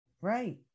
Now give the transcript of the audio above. Right